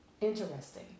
Interesting